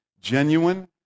genuine